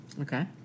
Okay